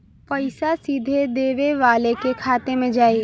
पइसा सीधे देवे वाले के खाते में जाई